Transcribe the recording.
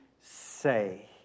say